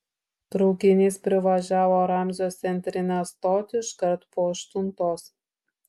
traukinys privažiavo ramzio centrinę stotį iškart po aštuntos